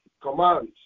command